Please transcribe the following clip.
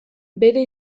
bere